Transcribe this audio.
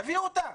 תביאו אותם.